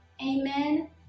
amen